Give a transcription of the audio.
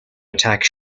attack